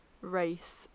race